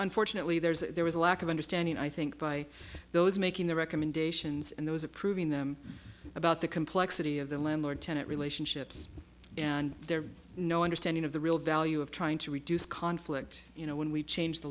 unfortunately there's there was a lack of understanding i think by those making the recommendations and those approving them about the complexity of the landlord tenant relationships and their no understanding of the real value of trying to reduce conflict you know when we change the